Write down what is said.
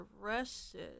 arrested